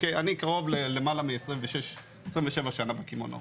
אני קרוב למעלה מ-27 שנה בקמעונאות.